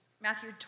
Matthew